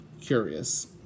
curious